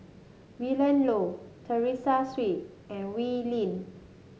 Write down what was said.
Willin Low Teresa Hsu and Wee Lin